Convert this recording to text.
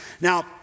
Now